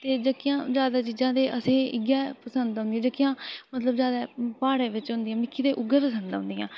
ते जेह्कियां जैदातर चीज़ां असेंगी इ'यै पसंद औंदियां जेह्कियां मतलब जादै प्हाड़ें बिच होंदियां मिगी ते उ'ऐ पसंद औंदियां